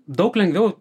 daug lengviau